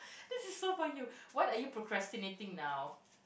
this is so for you what are you procrastinating now